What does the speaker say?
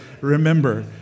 remember